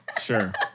Sure